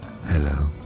Hello